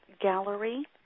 Gallery